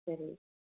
சரி